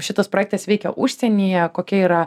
šitas projektas veikia užsienyje kokia yra